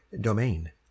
domain